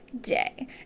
day